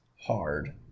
hard